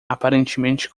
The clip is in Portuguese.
aparentemente